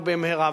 ובמהרה.